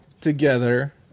together